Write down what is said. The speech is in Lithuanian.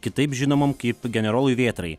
kitaip žinomam kaip generolui vėtrai